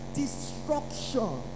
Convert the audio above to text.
destruction